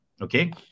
Okay